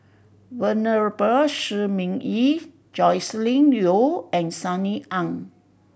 Venerable Shi Ming Yi Joscelin Yeo and Sunny Ang